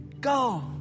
Go